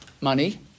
money